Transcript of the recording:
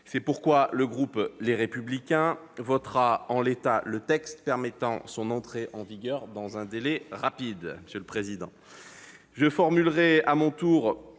C'est pourquoi le groupe Les Républicains votera le texte en l'état, permettant son entrée en vigueur dans un délai rapide.